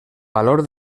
valor